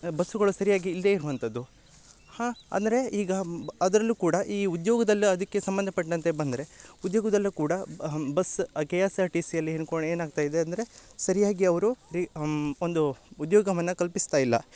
ಬಸ್ಸುಗಳು ಸರಿಯಾಗಿ ಇಲ್ಲದೇ ಇರುವಂಥದ್ದು ಹಾಂ ಅಂದರೆ ಈಗ ಬ್ ಅದರಲ್ಲೂ ಕೂಡ ಈ ಉದ್ಯೋಗದಲ್ಲಿ ಅದಕ್ಕೆ ಸಂಬಂಧಪಟ್ನಂತೆ ಬಂದರೆ ಉದ್ಯೋಗದಲ್ಲು ಕೂಡ bus K S R T C ಅಲ್ಲಿ ಏನಾಗ್ತಾಯಿದೆ ಅಂದರೆ ಸರಿಯಾಗಿ ಅವರು ರೀ ಒಂದು ಉದ್ಯೋಗವನ್ನ ಕಲ್ಪಿಸ್ತಾಯಿಲ್ಲ